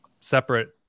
separate